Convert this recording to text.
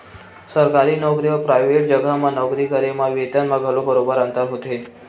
सरकारी नउकरी अउ पराइवेट जघा म नौकरी करे म बेतन म घलो बरोबर अंतर होथे